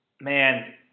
man